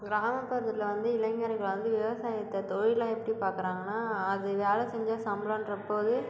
கிராமப்பகுதியில் வந்து இளைஞர்கள் வந்து விவசாயத்தை தொழிலாக எப்படி பார்க்குறாங்கனா அது வேலை செஞ்சால் சம்பளகிறபோது